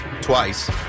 twice